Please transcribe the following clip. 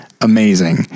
amazing